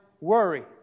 worry